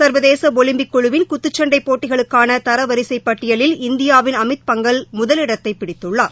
ச்வதேசஒலிம்பிக் குழுவின்குத்துச்சண்டைபோட்டிகளுக்கானதரவரிசைப் பட்டியலில் இந்தியாவின் அமித் பங்கல் முதலிடத்தைபிடித்துள்ளார்